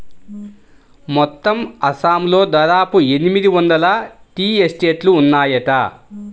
మొత్తం అస్సాంలో దాదాపు ఎనిమిది వందల టీ ఎస్టేట్లు ఉన్నాయట